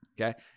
Okay